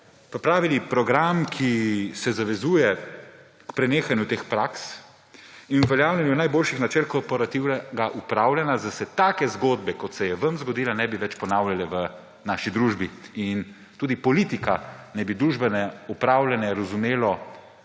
pripravili program, ki se zavezuje k prenehanju teh praks in uveljavljanju najboljših načel korporativnega upravljanja, da se take zgodbe, kot se je vam zgodila, ne bi več ponavljale v naši družbi. Tudi politika naj bi družbeno upravljanje razumela